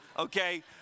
Okay